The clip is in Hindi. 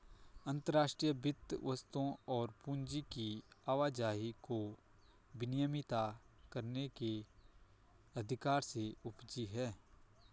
अंतर्राष्ट्रीय वित्त वस्तुओं और पूंजी की आवाजाही को विनियमित करने के अधिकार से उपजी हैं